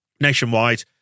nationwide